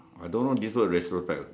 I don't know this word retrospect also